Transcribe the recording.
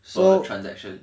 per transaction